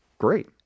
great